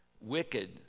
wicked